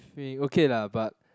think okay lah but